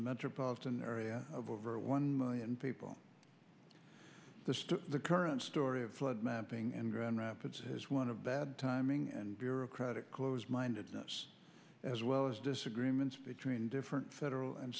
metropolitan area of over one million people the current story of flood mapping and grand rapids is one of bad timing and bureaucratic close mindedness as well as disagreements between different federal and